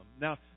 Now